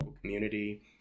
community